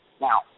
Now